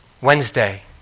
Wednesday